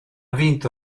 vinto